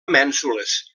mènsules